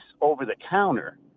over-the-counter